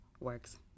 works